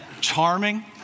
charming